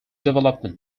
development